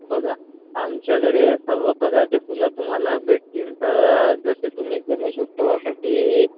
बघा आमच्याकडे सर्व प्रकारचे फुलं तुम्हाला भेटतील तर जसे तुम्ही गणेश उत्सवासाठी